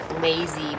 lazy